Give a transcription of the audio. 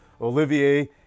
Olivier